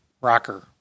Rocker